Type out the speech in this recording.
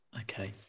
okay